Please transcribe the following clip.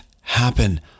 happen